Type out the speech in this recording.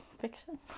Fiction